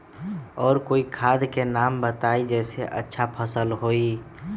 और कोइ खाद के नाम बताई जेसे अच्छा फसल होई?